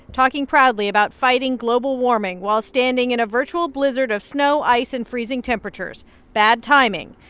talking proudly about fighting global warming while standing in a virtual blizzard of snow, ice and freezing temperatures bad timing.